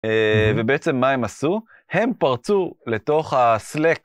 ובעצם מה הם עשו? הם פרצו לתוך ה-slack.